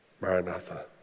Maranatha